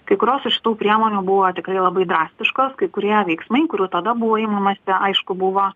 kai kurios iš tų priemonių buvo tikrai labai drastiškos kai kurie veiksmai kurių tada buvo imamasi aišku buvo